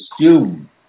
assume